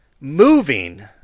Moving